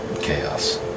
chaos